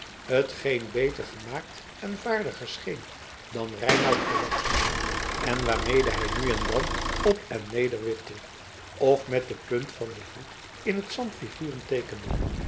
t geen beter gemaakt en vaardiger scheen dan reinout verwachtte en waarmede hij nu en dan op en neder wipte of met de punt van den voet in het zand figuren teekende